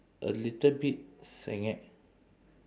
a little bit senget